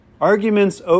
Arguments